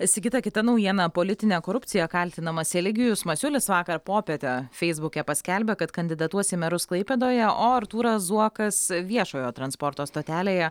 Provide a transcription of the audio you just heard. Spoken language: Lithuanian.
sigita kita naujiena politine korupcija kaltinamas eligijus masiulis vakar popietę feisbuke paskelbė kad kandidatuos į merus klaipėdoje o artūras zuokas viešojo transporto stotelėje